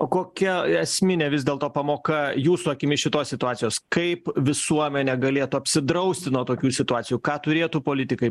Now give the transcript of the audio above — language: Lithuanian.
o kokia esminė vis dėlto pamoka jūsų akimis šitos situacijos kaip visuomenė galėtų apsidrausti nuo tokių situacijų ką turėtų politikai